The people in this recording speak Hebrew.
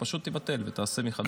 פשוט תבטל ותעשה מחדש.